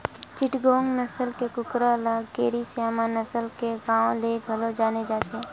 चिटगोंग नसल के कुकरा ल केरी स्यामा नसल के नांव ले घलो जाने जाथे